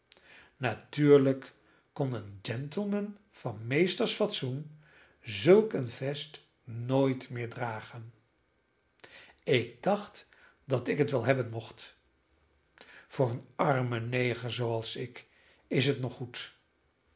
natuurlijk kon een gentleman van meesters fatsoen zulk een vest nooit meer dragen ik dacht dat ik het wel hebben mocht voor een armen neger zooals ik is het nog goed